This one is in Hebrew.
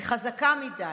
היא חזקה מדי,